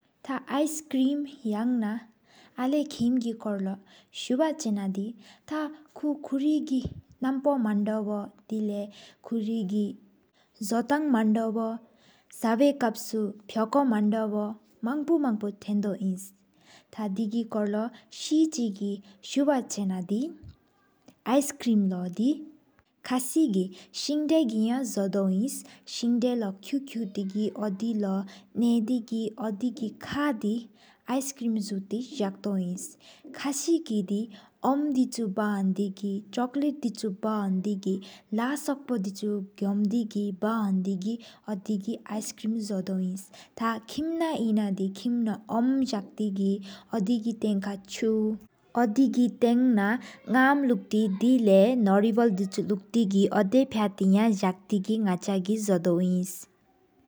ཏ་ ཨེའི་སི་ ཀྲི་ུམ་སིང་ངའི་ན་ཨ་ལ་ཁིམ་གི་ཀོར་ལོ། སུ་བྭ་ཆེ་ན་དི་ ཏཱག་ཀུ་ཀོུ་རི་གི་དངོད། མཱནད་ཝ་མ་ཐང་ཀོ་ུ་རི་གི་དོ་ཐང་མཱནད་ཝོ། སབཱའི་ཀབ་ཨེའུ་ པྷོ་ཀོོ་མཱན་ དཱོ་ཝའོ། མང་པོ་ མང་པོ་ ཐེ་ནདོ་ནི། ཐ་དེ་གི་ ཀོར་ལོ་སེ་ཆི་གི་ ཀོར་ལོ་ སུ་བ་ཆེ་ན་དི། ཨེའི་སི་ ཀྲི་ུམ་སིང་ངའི་ལོ་ ཁ་སི་གི་སིང་ད་གི་ ཡང་ཟོ་ཁོོ ག་ ཨིན། སིང་ད་ལོ་ ཀུཀ་ཀ་གི་ འོ་དི་ལོ་ ནཀ་དེ་གི་ འོ་དི་གི་ ཁཀ་ཌི་ ཨེའི་སི་ཀྲི་ུམ་ཟོ་ཡེེ་གི་ཟོ་གཏོ་བརེ། ཁ་སི་གི་ ཌིའོམ་ དི་ཆུ་བཀྲེ་གི་ ཆོཀ་ལེའི་ཌི་ཆོུ་བཀྲེ་གི་ ལ་སོམ་པ་ཌི་ཆུ་ གོ་མདའི་གི་ བཀྲ། ཧོད་ཏཱི་གི་ཨེའི་སི་ཀྲི་ུམ། ཟོ་ཌོ་ཨེའིན་དཀ་ཀིམ་ནང་ཡེའང་ཨན་དི་ཀི་མྔ་མ་འོམ། ཟོ་གཏོ་གི་ འོ་དི་གི་ ཐང་ན་ཆུ་ འོ་དི་གི་ ཐང་ན་ ཉམ་ལུཀ་ཏེ་གིས་ དེ་དབྱིན་ ཨྃ་རེ་ཝོ་ལི་བི་དྷི་ལུཀཏེ་གིས། འོ་ཌེ་ ཕྱ་ལེ་དམ་ན་ཇག་ ཟོ་གཏོ་གི་ཡོ་ནཀ་ཚ་གི། ཟོ་ད་འདམྱོ་འིན།